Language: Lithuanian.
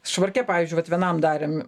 švarke pavyzdžiui vat vienam darėm